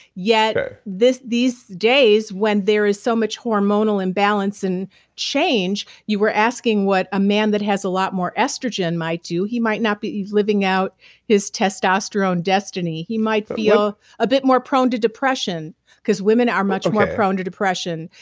yet these days when there is so much hormonal imbalance and change, you were asking what a man that has a lot more estrogen might do. he might not be living out his testosterone destiny. he might feel a bit more prone to depression because women are much more prone to depression.